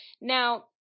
Now